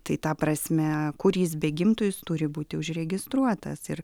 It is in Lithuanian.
tai ta prasme kur jis begimtų jis turi būti užregistruotas ir